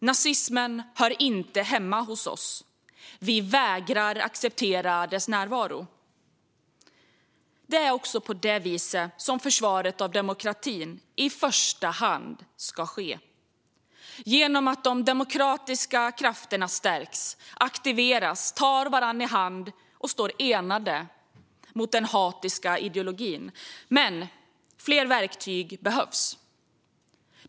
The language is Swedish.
Nazismen hör inte hemma hos oss, och vi vägrar att acceptera dess närvaro. Det är också på det sättet som försvaret av demokratin i första hand ska ske, det vill säga genom att de demokratiska krafterna stärks, aktiveras, tar varandra i hand och står enade mot den hatiska ideologin. Men fler verktyg behövs.